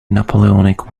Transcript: napoleonic